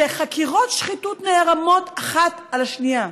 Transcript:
חקירות שחיתות נערמות אחת על השנייה,